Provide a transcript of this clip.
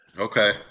Okay